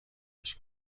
خفش